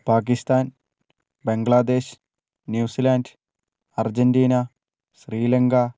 Pakistan Bangladesh New Zealand Argentina Sri Lanka